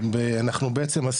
אנחנו בעצם,